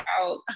out